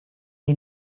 die